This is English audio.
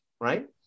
right